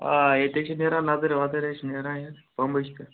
آ ییٚتے چھِ نیران نَدٔرۍ وَدٔرے چھِ نیران ییٚتہِ پمبَچ تہٕ